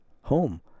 home